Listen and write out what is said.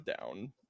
down